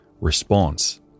response